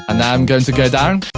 ah now i'm going to go down.